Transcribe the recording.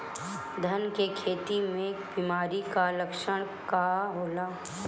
धान के खेती में बिमारी का लक्षण का होला?